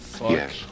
Yes